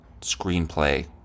screenplay